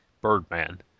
Birdman